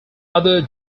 other